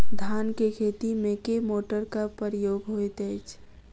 धान केँ खेती मे केँ मोटरक प्रयोग होइत अछि?